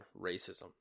racism